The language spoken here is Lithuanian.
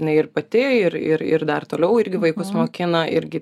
jinai ir pati ir ir ir dar toliau irgi vaikus mokina irgi